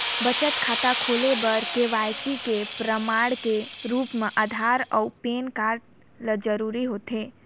बचत खाता खोले बर के.वाइ.सी के प्रमाण के रूप म आधार अऊ पैन कार्ड ल जरूरी होथे